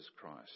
Christ